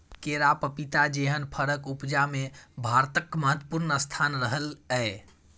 केरा, पपीता जेहन फरक उपजा मे भारतक महत्वपूर्ण स्थान रहलै यै